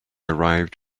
arrived